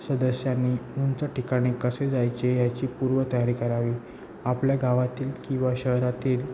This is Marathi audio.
सदस्यांनी उंच ठिकाणी कसे जायचे ह्याची पूर्वतयारी करावी आपल्या गावातील किंवा शहरातील